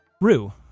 Rue